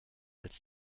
als